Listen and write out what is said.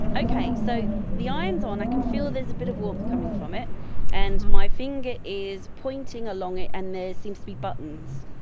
okay, so the iron's on, i can feel there's a bit of warmth coming from it and my finger is pointing along it and there seems to be buttons.